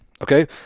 Okay